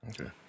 Okay